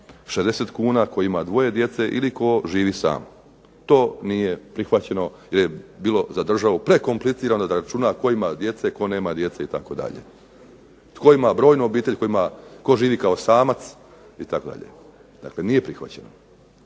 60 kuna ko ima dvoje djece ili tko živi sam. To nije prihvaćeno jer je bilo za državu prekomplicirano da računa tko ima djece, tko nema djece itd. tko ima brojnu obitelj, tko živi kao samac itd. dakle nije prihvaćeno.